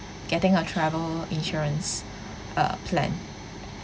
getting a travel insurance uh plan